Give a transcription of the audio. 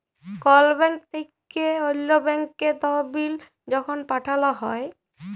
call bank থ্যাইকে অল্য ব্যাংকে তহবিল যখল পাঠাল হ্যয়